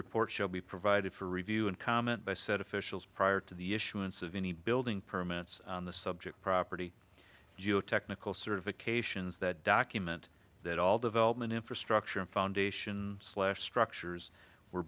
report shall be provided for review and comment by said officials prior to the issuance of any building permits on the subject property geotechnical certifications that document that all development infrastructure and foundation slash structures were